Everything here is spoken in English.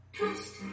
Trust